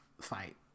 fight